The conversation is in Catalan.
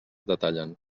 detallen